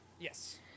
Yes